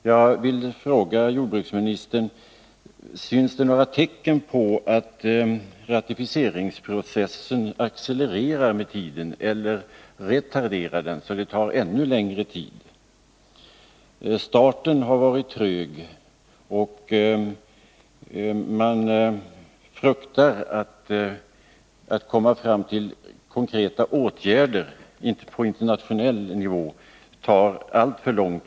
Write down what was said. Jag vill fråga jordbruksministern: Syns det några tecken på att ratificeringprocessen accelererar med tiden, eller retarderar den, så att ratificeringen kommer att ta ännu längre tid? Starten har varit trög, och man fruktar att det kommer att ta alltför lång tid att komma fram till konkreta åtgärder på internationell nivå.